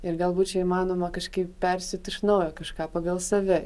ir galbūt čia įmanoma kažkaip persiūt iš naujo kažką pagal save